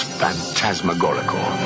phantasmagorical